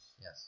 Yes